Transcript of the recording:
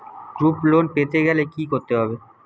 Group loan পেতে গেলে কি করতে হবে?